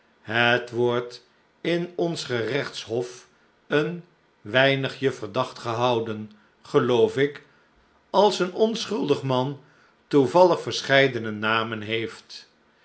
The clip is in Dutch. het wordt in ons gerechtshof een weinigje verdacht gehouden geloof ik als een onschuldig man toevallig verscheidene namen heeft